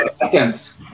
attempts